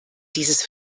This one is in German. dieses